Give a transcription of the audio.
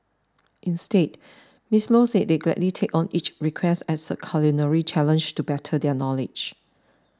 instead Miss Low said they gladly take on each request as a culinary challenge to better their knowledge